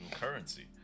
currency